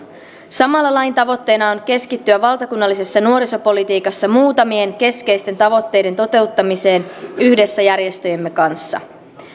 samalla lain tavoitteena on keskittyä valtakunnallisessa nuorisopolitiikassa muutamien keskeisten tavoitteiden toteuttamiseen yhdessä järjestöjemme kanssa